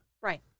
Right